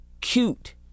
cute